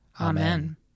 Amen